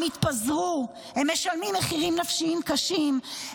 הם התפזרו, הם משלמים מחירים נפשיים קשים.